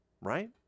right